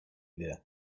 there